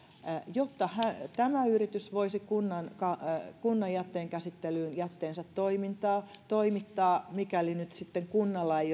jotta tämä yritys voisi kunnan kunnan jätteenkäsittelyyn jätteensä toimittaa mikäli nyt sitten kunnalla ei